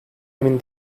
emin